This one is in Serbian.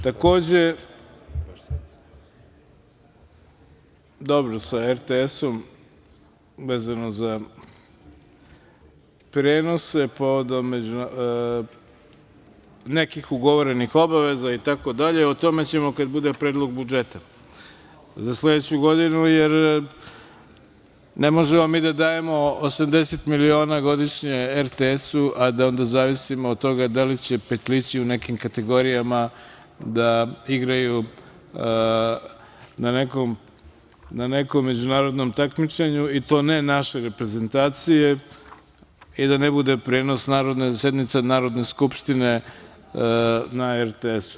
Takođe, vezano za prenose RTS-a i nekih ugovorenih obaveza, itd, o tome ćemo kad bude predlog budžeta za sledeću godinu, jer ne možemo mi da dajemo 80 miliona godišnje RTS-u, a da onda zavisimo od toga da li će petlići u nekim kategorijama da igraju na nekom međunarodnom takmičenju, i to ne naše reprezentacije, i da ne bude prenosa sednica Narodne skupštine na RTS-u.